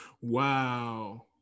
Wow